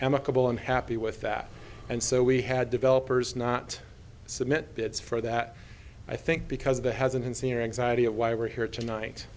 amicable i'm happy with that and so we had developers not submit bids for that i think because the hasn't been seen or anxiety at why we're here tonight